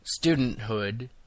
studenthood